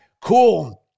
Cool